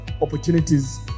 opportunities